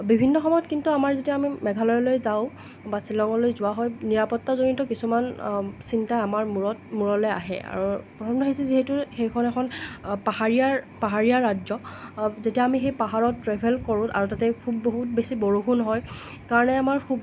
বিভিন্ন সময়ত কিন্তু আমাৰ যেতিয়া আমি মেঘালয়লৈ যাওঁ বা শ্বিলঙলৈ যোৱা হয় নিৰাপত্তাজনিত কিছুমান চিন্তা আমাৰ মূৰত মূৰলৈ আহে আৰু প্ৰথম কথা হৈছে যিহেতু সেইখন এখন পাহাৰীয়া পাহাৰীয়া ৰাজ্য যেতিয়া আমি সেই পাহাৰত ট্ৰেভেল কৰোঁ আৰু তাতে খুব বহুত বেছি বৰষুণ হয় কাৰণে আমাৰ খুব